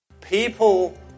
people